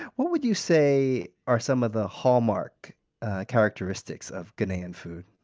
what would you say are some of the hallmark characteristics of ghanaian food?